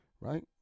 right